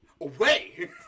Away